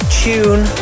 tune